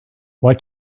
why